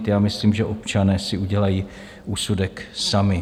Já myslím, že občané si udělají úsudek sami.